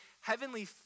heavenly